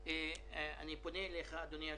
אדוני היושב-ראש,